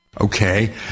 Okay